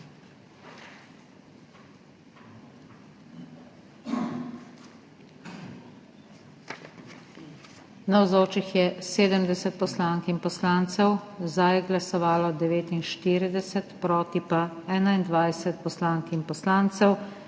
Navzočih je 70 poslank in poslancev, za je glasovalo 49, proti pa 21 poslank in poslancev.